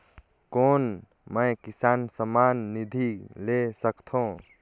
कौन मै किसान सम्मान निधि ले सकथौं?